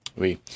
Oui